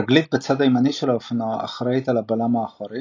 רגלית בצד הימני של האופנוע אחראית על הבלם האחורי